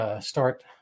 start